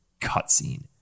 cutscene